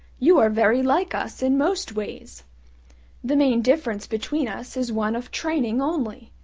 you are very like us in most ways the main difference between us is one of training only.